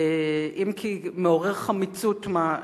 אם כי מעורר חמיצות-מה,